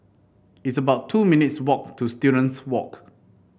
it's about two minutes walk to Students Walk